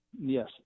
Yes